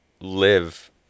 live